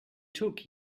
took